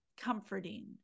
comforting